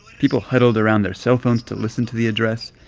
people huddled around their cell phones to listen to the address.